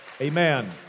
Amen